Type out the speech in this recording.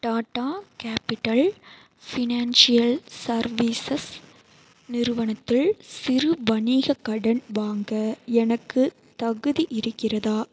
Tata Capital Financial Services நிறுவனத்தில் சிறு வணிகக் கடன் வாங்க எனக்குத் தகுதி இருக்கிறதா